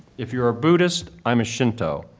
if you're a buddhist, i'm a shinto.